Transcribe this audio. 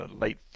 late